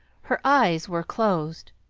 her eyes were closed,